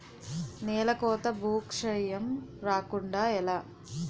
నేలకోత భూక్షయం రాకుండ ఎలా?